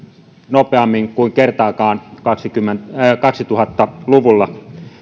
nopeammin kuin kertaakaan kaksituhatta luvulla